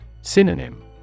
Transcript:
Synonym